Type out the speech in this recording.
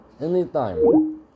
Anytime